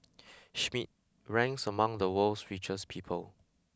Schmidt ranks among the world's richest people